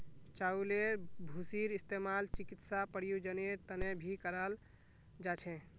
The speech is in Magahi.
चउलेर भूसीर इस्तेमाल चिकित्सा प्रयोजनेर तने भी कराल जा छे